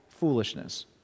foolishness